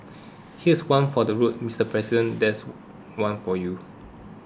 here's one for the road Mister President this one for you